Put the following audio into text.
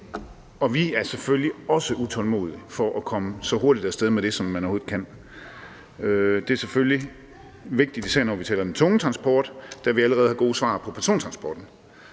og vi er selvfølgelig også utålmodige for at komme så hurtigt af sted med det, som man overhovedet kan. Dette er selvfølgelig vigtigt, især når vi taler om den tunge transport, da vi allerede har gode svar på persontransporten.